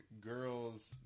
girls